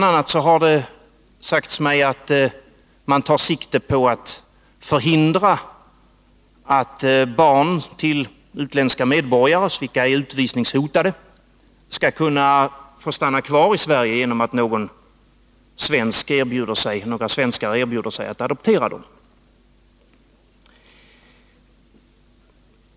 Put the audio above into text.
a. har det sagts mig att man tar sikte på att förhindra att barn till utländska medborgare, vilka är utvisningshotade, skall kunna få stanna kvar i Sverige genom att några svenskar erbjuder sig att adoptera dem.